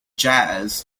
jazz